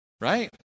right